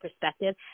perspective